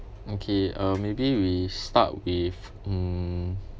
okay uh maybe we start with mm